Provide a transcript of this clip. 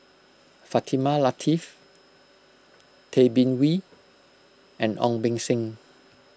Fatimah Lateef Tay Bin Wee and Ong Beng Seng